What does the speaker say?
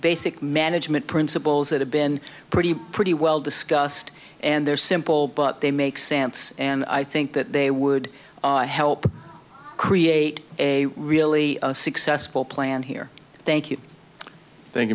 basic management principles that have been pretty pretty well discussed and they're simple but they make sense and i think that they would help create a really successful plan here thank you thank